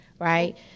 right